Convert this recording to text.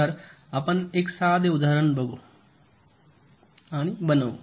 तर आपण एक साधे उदाहरण बनवू